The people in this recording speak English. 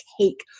take